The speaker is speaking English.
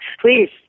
Please